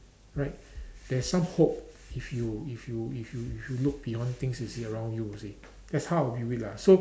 right there's some hope if you if you if you if you look beyond things and see around you you see that's how I view it lah so